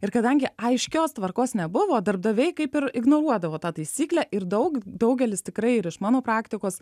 ir kadangi aiškios tvarkos nebuvo darbdaviai kaip ir ignoruodavo tą taisyklę ir daug daugelis tikrai ir iš mano praktikos